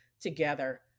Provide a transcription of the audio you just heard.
together